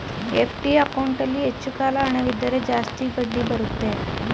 FD ಅಕೌಂಟಲ್ಲಿ ಹೆಚ್ಚು ಕಾಲ ಹಣವಿದ್ದರೆ ಜಾಸ್ತಿ ಬಡ್ಡಿ ಬರುತ್ತೆ